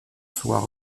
soient